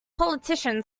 politician